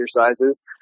exercises